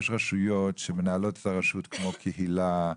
יש רשויות שמנהלות את הרשות כמו קהילה,